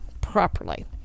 properly